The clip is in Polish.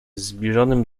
zbliżonym